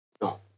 no